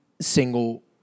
single